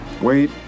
Wait